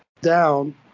down